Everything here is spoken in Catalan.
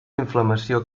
inflamació